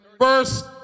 First